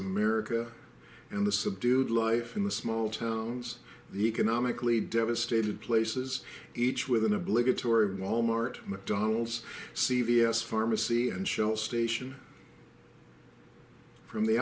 america and the subdued life in the small towns the economically devastated places each with an obligatory wal mart mcdonald's c v s pharmacy and shell station from the